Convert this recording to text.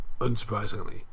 unsurprisingly